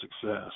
success